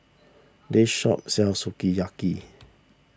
this shop sells Sukiyaki